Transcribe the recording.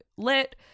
lit